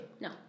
No